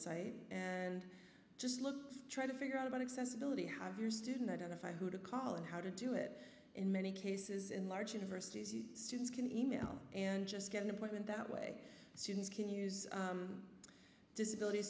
site and just look try to figure out about accessibility have your student identify who to call and how to do it in many cases in large university students can email and just get an appointment that way students can use disability